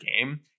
game